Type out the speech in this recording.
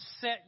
Set